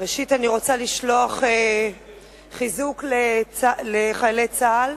הכנסת, ראשית, אני רוצה לשלוח חיזוק לחיילי צה"ל